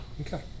Okay